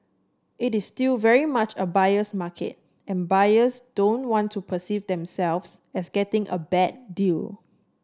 it is still very much a buyer's market and buyers don't want to perceive themselves as getting a bad deal